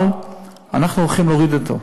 אבל אנחנו הולכים להוריד אותו,